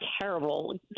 terrible